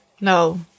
No